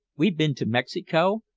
we've been to mexico,